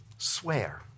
Swear